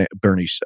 bernie